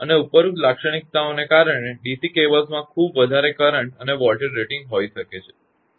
અને ઉપરોક્ત લાક્ષણિકતાઓને કારણે ડીસી કેબલ્સમાં ખૂબ વધારે કરંટ અને વોલ્ટેજ રેટિંગ હોઈ શકે છે